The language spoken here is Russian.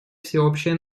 всеобщее